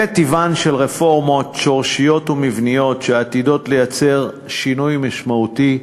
זה טיבן של רפורמות שורשיות ומבניות שעתידות לייצר שינוי משמעותי,